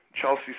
Chelsea